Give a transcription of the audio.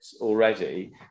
already